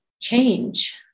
change